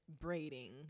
braiding